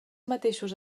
mateixos